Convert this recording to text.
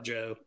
Joe